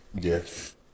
Yes